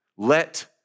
Let